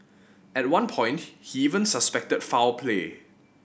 at one point he even suspected foul play